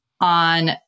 on